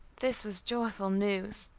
this was joyful news,